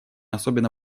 особенно